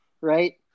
right